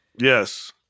Yes